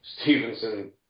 Stevenson